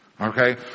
okay